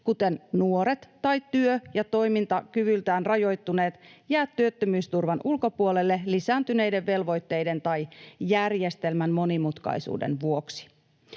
kuten nuoret tai työ- ja toimintakyvyltään rajoittuneet, jää työttömyysturvan ulkopuolelle lisääntyneiden velvoitteiden tai järjestelmän monimutkaisuuden vuoksi.